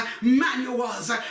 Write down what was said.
manuals